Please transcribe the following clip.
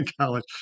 college